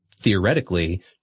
theoretically